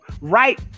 right